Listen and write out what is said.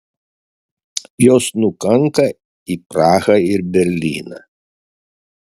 jos nukanka į prahą ir berlyną